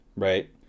Right